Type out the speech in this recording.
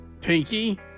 Pinky